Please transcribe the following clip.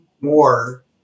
more